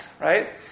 Right